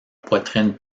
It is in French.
poitrine